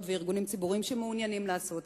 וארגונים ציבוריים שמעוניינים לעשות כך.